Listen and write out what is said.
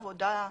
עבודה,